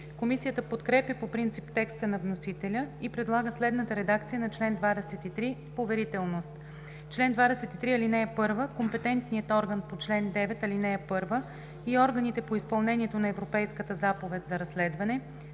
Комисията подкрепя по принцип текста на вносителя и предлага следната редакция на чл. 23: „Поверителност Чл. 23. (1) Компетентният орган по чл. 9, ал. 1 и органите по изпълнението на Европейската заповед за разследване